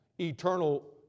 eternal